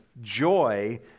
joy